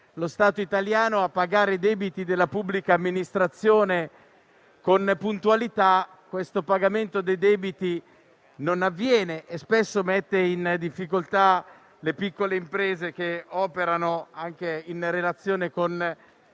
lo Stato Italiano a pagare i debiti della pubblica amministrazione con puntualità, questo pagamento dei debiti non avviene e spesso mette in difficoltà le piccole imprese che operano in relazione con